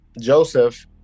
Joseph